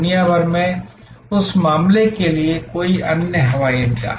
दुनिया भर में उस मामले के लिए कोई अन्य हवाई अड्डा